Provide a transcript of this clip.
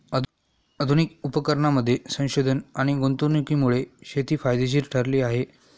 आधुनिक उपकरणांमध्ये संशोधन आणि गुंतवणुकीमुळे शेती फायदेशीर ठरली आहे